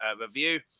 review